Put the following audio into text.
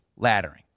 laddering